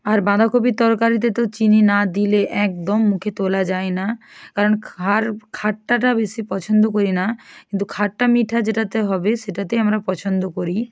আর বাঁধাকপির তরকারিতে তো চিনি না দিলে একদম মুখে তোলা যায় না কারণ খার খাট্টাটা বেশি পছন্দ করি না কিন্তু খাট্টা মিঠা যেটাতে হবে সেটাতেই আমরা পছন্দ করি